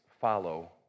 follow